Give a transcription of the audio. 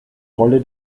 rolle